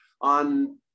on